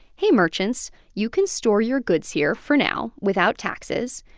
hey, merchants you can store your goods here for now without taxes.